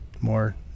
more